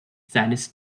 seines